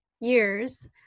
years